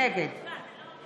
נגד יואב בן